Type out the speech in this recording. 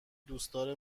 دوستدار